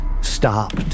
stopped